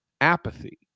apathy